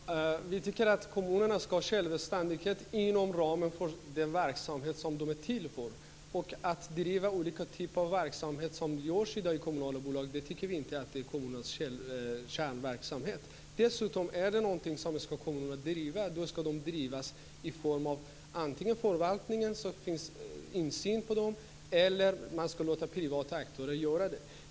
Fru talman! Det gör jag gärna. Vi tycker att kommunerna ska ha självständighet inom ramen för den verksamhet som de är till för. Att driva olika typer av verksamhet i kommunala bolag hör inte till kommunernas kärnverksamhet. Om det är någonting som kommunerna ska driva ska det vara antingen i form av förvaltning, så att det finns insyn, eller privata aktörer som gör det.